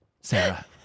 Sarah